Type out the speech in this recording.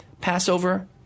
Passover